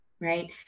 right